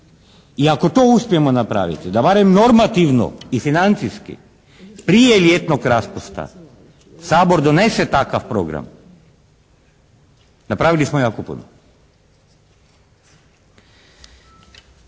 I ako to uspijemo napraviti da barem normativno i financijski prije ljetnog raspusta Sabor donese takav program napravili smo jako